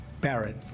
Barrett